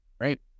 Great